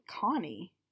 Connie